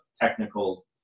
technical